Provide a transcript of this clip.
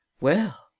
Well